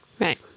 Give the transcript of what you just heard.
right